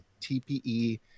TPE